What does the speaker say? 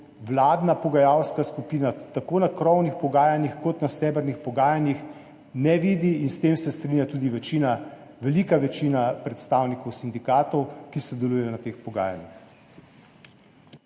vladna pogajalska skupina tako na krovnih pogajanjih kot na stebrnih pogajanjih ne vidi in s tem se strinja tudi večina, velika večina predstavnikov sindikatov, ki sodelujejo na teh pogajanjih.